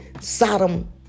Sodom